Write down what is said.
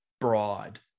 broad